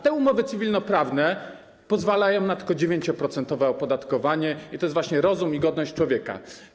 Te umowy cywilnoprawne pozwalają tylko na 9-procentowe opodatkowanie i to jest właśnie rozum i godność człowieka.